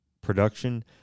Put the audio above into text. production